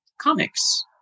Comics